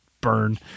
burn